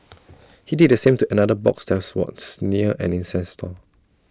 he did the same to another box that was near an incense stall